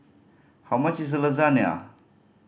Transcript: how much is Lasagnia